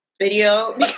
video